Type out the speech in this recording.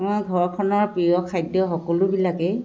মই ঘৰখনৰ প্ৰিয় খাদ্য সকলোবিলাকেই